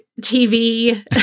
TV